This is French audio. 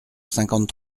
cinquante